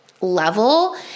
level